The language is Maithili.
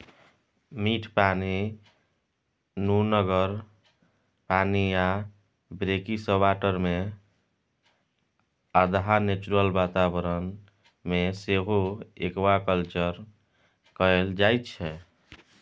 मीठ पानि, नुनगर पानि आ ब्रेकिसवाटरमे अधहा नेचुरल बाताबरण मे सेहो एक्वाकल्चर कएल जाइत छै